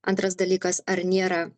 antras dalykas ar nėra